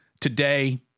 today